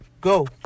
Go